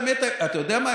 אתה יודע מה,